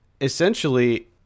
essentially